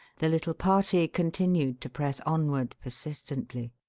the little party continued to press onward persistently.